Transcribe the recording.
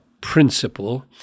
principle